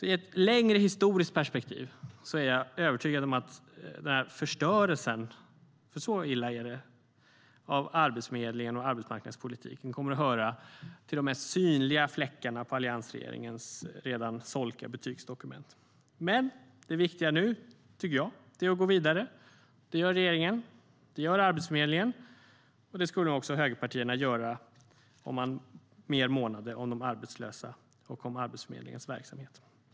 I ett längre historiskt perspektiv är jag övertygad om att förstörelsen - så illa är det - av Arbetsförmedlingen och arbetsmarknadspolitiken kommer att höra till de mest synliga fläckarna på alliansregeringens redan solkiga betygsdokument. Men det viktiga nu, tycker jag, är att gå vidare. Det gör regeringen och det gör Arbetsförmedlingen. Det skulle nog också högerpartierna göra, om de månade mer om de arbetslösa och om Arbetsförmedlingens verksamhet.